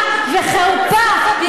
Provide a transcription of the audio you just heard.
כולם ראו את זה, חצופה.